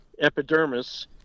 epidermis